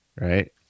right